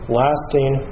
lasting